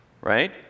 Right